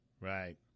Right